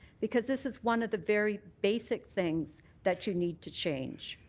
because this is one of the very basic things that you need to change.